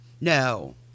No